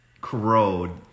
corrode